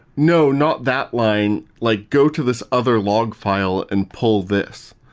no, not that line. like go to this other log file and pull this.